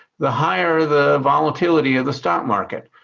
the higher the volatility of the stock market.